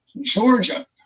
Georgia